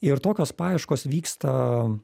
ir tokios paieškos vyksta